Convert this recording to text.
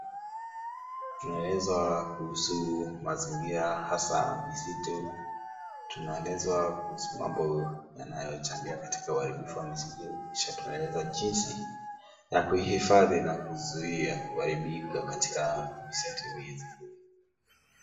Tunaelezwa kuhusu mazingira hasa msitu. Tunaelezwa kuhusu mambo yanayochangia katika uharibifu wa misitu kisha tunaelezwa jinsi ya kuhifadhi na kuzuia uharibifu katika msitu hizi.